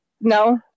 No